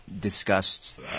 discussed